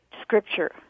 Scripture